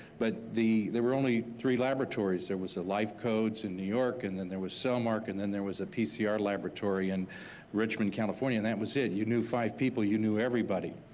but there were only three laboratories. there was the life codes in new york, and then there was cell market, then there was a pcr laboratory in richmond california, and that was it. you knew five people, you knew everybody.